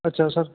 ਅੱਛਾ ਸਰ